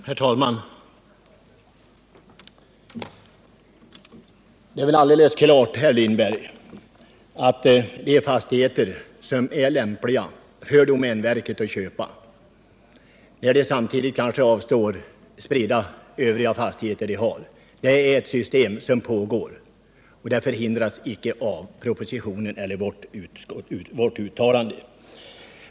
Herr talman! Det är väl alldeles klart, herr Lindberg, att köp av de fastigheter som är lämpliga för domänverket — varvid verket kanske samtidigt avstår från vissa övriga spridda fastigheter som det har — är ett system som pågår, och det förhindras icke av vare sig propositionen eller vårt uttalande.